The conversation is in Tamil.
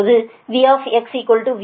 V VR அது C1 C2 VR